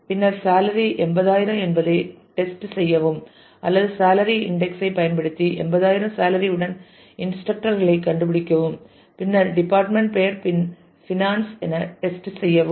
பின்னர் சேலரி 80000 என்பதை டெஸ்ட் செய்யவும் அல்லது சேலரி இன்டெக்ஸ் ஐ பயன்படுத்தி 80000 சேலரி உடன் இன்ஸ்ரக்டர் களை கண்டுபிடிக்கவும் பின்னர் டிபார்ட்மெண்ட் பெயர் பினான்ஸ் என டெஸ்ட் செய்யவும்